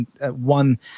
one